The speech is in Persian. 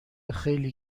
خیلی